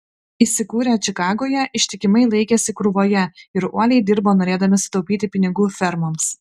įsikūrę čikagoje ištikimai laikėsi krūvoje ir uoliai dirbo norėdami sutaupyti pinigų fermoms